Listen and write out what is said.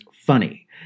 funny